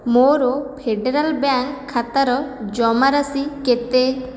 ମୋର Federal Bank ଖାତାର ଜମାରାଶି କେତେ